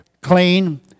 clean